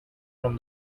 from